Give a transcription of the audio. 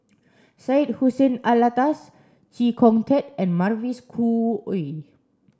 Syed Hussein Alatas Chee Kong Tet and Mavis Khoo Oei